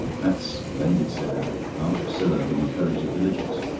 that's splendid, said anne. aunt priscilla will encourage the villagers.